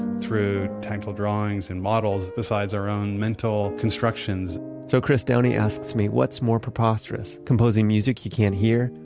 through tactile drawings and models, besides our own mental constructions so, chris downey asks me what's more preposterous composing music you can't hear,